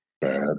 bad